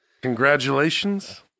Congratulations